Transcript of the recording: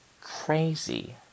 Crazy